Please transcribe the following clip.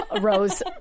rose